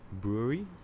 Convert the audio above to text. brewery